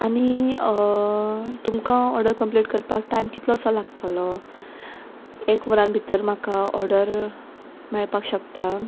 आनी तुमकां order complete करपाक टायम कितलोसो लागतलो एक वरान भितर म्हाका ऑर्डर मेळपाक शकता